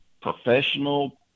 professional